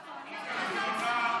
והקואליציה,